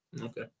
Okay